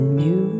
new